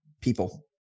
people